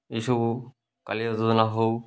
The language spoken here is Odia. ଏସବୁ କାଳିଆ ଯୋଜନା ହଉ